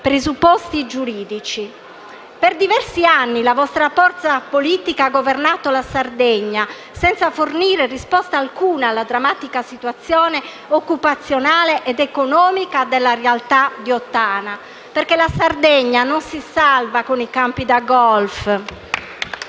presupposti giuridici. Per diversi anni la vostra forza politica ha governato la Sardegna senza fornire risposta alcuna alla drammatica situazione occupazionale ed economica della realtà di Ottana. Perche la Sardegna non si salva con i campi da golf!